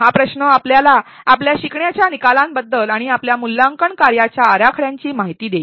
हा प्रश्न आपल्याला आपल्या शिकण्याच्या निकालांबद्दल आणि आपल्या मूल्यांकन कार्यांच्या आराखड्यांची माहिती देईल